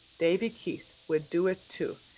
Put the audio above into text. davy keith, would do it too,